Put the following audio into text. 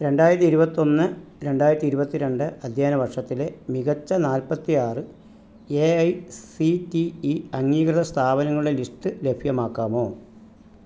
രണ്ടായിരത്തി ഇരുപത്തൊന്ന് രണ്ടായിരത്തി ഇരുപത്തി രണ്ട് അദ്ധ്യായന വർഷത്തിലെ മികച്ച നാൽപ്പത്തി ആറ് A I C T E അംഗീകൃത സ്ഥാപനങ്ങളുടെ ലിസ്റ്റ് ലഭ്യമാക്കാമോ